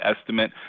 estimate